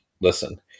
listen